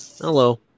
Hello